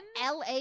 la